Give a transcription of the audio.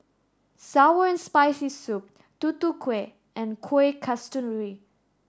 sour and spicy soup Tutu Kueh and Kuih Kasturi